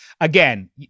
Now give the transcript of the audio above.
again